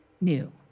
new